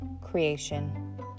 creation